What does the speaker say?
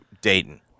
Dayton